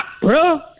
bro